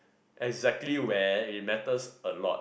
exactly where it matters a lot